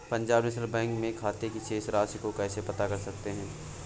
Punjab National Bank में खाते की शेष राशि को कैसे पता कर सकते हैं?